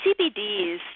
CBDs